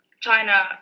China